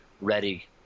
ready